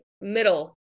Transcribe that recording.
middle